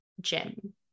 gym